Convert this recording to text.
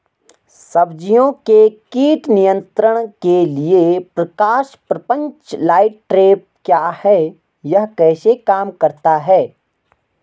सब्जियों के कीट नियंत्रण के लिए प्रकाश प्रपंच लाइट ट्रैप क्या है यह कैसे काम करता है?